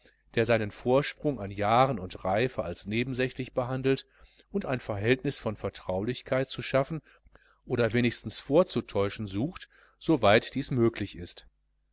der seinen vorsprung an jahren und reife als nebensächlich behandelt und ein verhältnis von vertraulichkeit zu schaffen oder wenigstens vorzutäuschen sucht soweit dies möglich ist